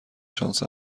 شانس